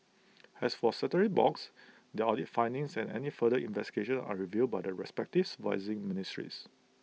as for statutory box their audit findings and any further investigations are reviewed by their respects supervising ministries